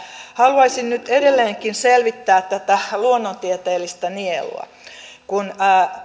haluaisin nyt edelleenkin selvittää tätä luonnontieteellistä nielua